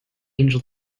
angel